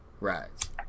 rides